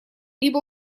либо